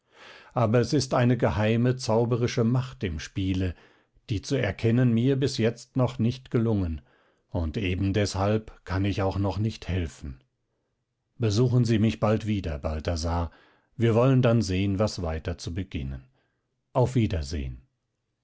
aber es ist eine geheime zauberische macht im spiele die zu erkennen mir bis jetzt noch nicht gelungen und ebendeshalb kann ich auch noch nicht helfen besuchen sie mich bald wieder balthasar wir wollen dann sehen was weiter zu beginnen auf wiedersehn